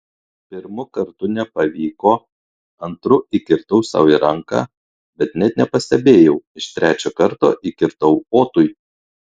pirmu kartu nepavyko antru įkirtau sau į ranką bet net nepastebėjau iš trečio karto įkirtau otui